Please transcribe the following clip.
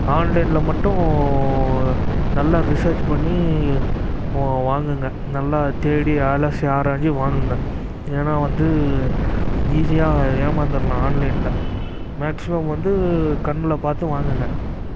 ஆன்லைன்ல மட்டும் நல்ல ரிசர்ச் பண்ணி வா வாங்குங்க நல்லா தேடி அலசி ஆராஞ்சு வாங்குங்க ஏன்னா வந்து ஈஸியாக ஏமாந்துவிடலாம் ஆன்லைனில் மேக்ஸிமம் வந்து கண்ல பார்த்து வாங்குங்க